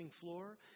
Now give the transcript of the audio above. floor